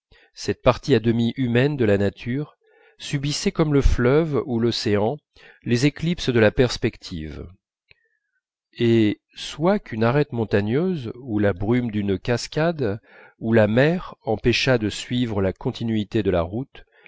cette partie à demi humaine de la nature subissait comme le fleuve ou l'océan les éclipses de la perspective et soit qu'une arête montagneuse ou la brume d'une cascade ou la mer empêchât de suivre la continuité de la route